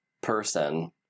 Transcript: person